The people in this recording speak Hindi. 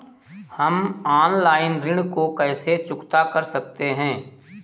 हम ऑनलाइन ऋण को कैसे चुकता कर सकते हैं?